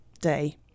day